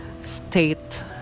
state